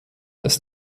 ist